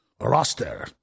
roster